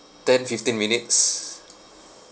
ten fifteen minutes